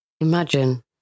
Imagine